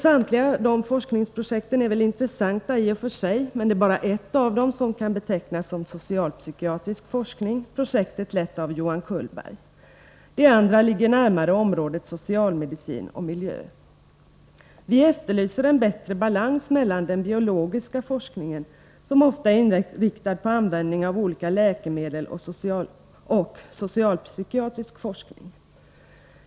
Samtliga forskningsprojekt är intressanta i och för sig, men det är bara ett av dem som kan betecknas som socialpsykiatrisk forskning, nämligen det projekt som leds av Johan Cullberg. Det andra ligger närmare området socialmedicin och miljö. Vi efterlyser en bättre balans mellan å ena sidan den biologiska forskning som ofta är inriktad på användning av olika läkemedel och å andra sidan socialpsykiatrisk forskning.